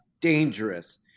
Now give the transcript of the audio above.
dangerous